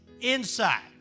inside